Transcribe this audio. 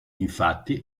infatti